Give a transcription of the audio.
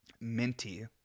minty